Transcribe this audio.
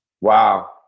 Wow